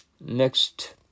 Next